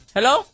Hello